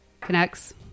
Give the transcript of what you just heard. Connects